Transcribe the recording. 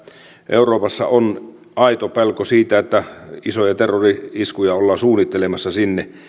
euroopassa on aito pelko siitä että isoja terrori iskuja ollaan suunnittelemassa sinne